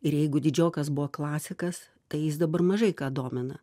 ir jeigu didžiokas buvo klasikas tai jis dabar mažai ką domina